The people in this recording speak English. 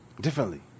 differently